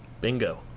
Bingo